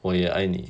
我也爱你